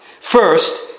First